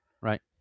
Right